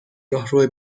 راهرو